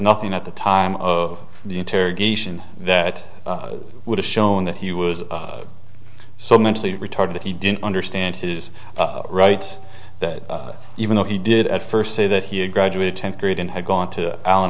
nothing at the time of the interrogation that would have shown that he was so mentally retarded that he didn't understand his rights that even though he did at first say that he had graduated tenth grade and had gone to al